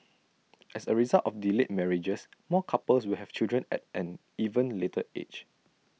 as A result of delayed marriages more couples will have children at an even later age